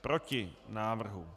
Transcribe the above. Proti návrhu.